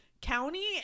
county